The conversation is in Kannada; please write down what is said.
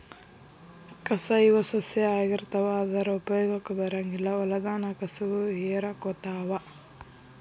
ಕಸಾ ಇವ ಸಸ್ಯಾ ಆಗಿರತಾವ ಆದರ ಉಪಯೋಗಕ್ಕ ಬರಂಗಿಲ್ಲಾ ಹೊಲದಾನ ಕಸುವ ಹೇರಕೊತಾವ